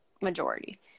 majority